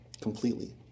completely